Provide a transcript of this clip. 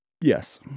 yes